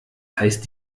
heißt